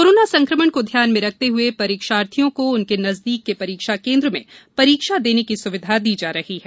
corona संकमण को ध्यान में रखते हए परीक्षार्थियों को उनके नजदीक के परीक्षा केन्द्र में परीक्षा देने की सुविधा दी जा रही है